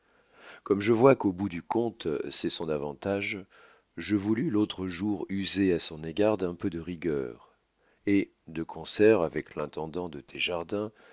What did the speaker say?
comme je vois qu'au bout du compte c'est son avantage je voulus l'autre jour user à son égard d'un peu de rigueur et de concert avec l'intendant de tes jardins